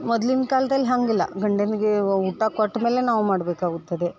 ಮೊದ್ಲಿನ ಕಾಲ್ದಲ್ಲಿ ಹಾಗಿಲ್ಲ ಗಂಡನಿಗೆ ವ ಊಟ ಕೊಟ್ಟಮೇಲೆ ನಾವು ಮಾಡಬೇಕಾಗುತ್ತದೆ